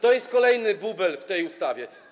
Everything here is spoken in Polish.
To jest kolejny bubel w tej ustawie.